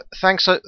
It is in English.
thanks